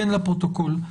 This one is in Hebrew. כן לפרוטוקול,